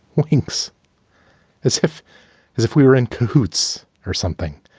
winx as if as if we were in cahoots or something.